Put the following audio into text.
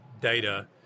data